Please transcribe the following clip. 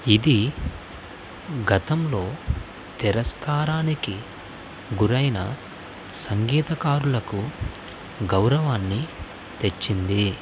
ఇది గతంలో తిరస్కారానికి గురైన సంగీతకారులకు గౌరవాన్ని తెచ్చింది